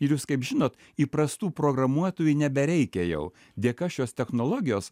ir jūs kaip žinot įprastų programuotojų nebereikia jau dėka šios technologijos